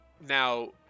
Now